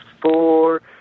four